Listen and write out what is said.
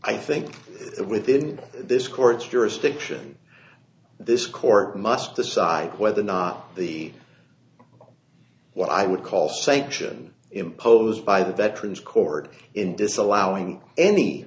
i think that within this court's jurisdiction this court must decide whether or not the what i would call sanction imposed by the veterans court in disallowing any